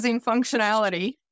functionality